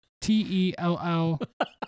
t-e-l-l